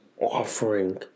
offering